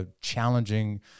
challenging